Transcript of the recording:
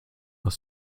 aus